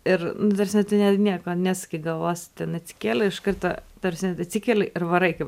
ir nu ta prasme tu ne nieko nes galvos ten atsikėliau iš karto ta prasme atsikeli ir varai kaip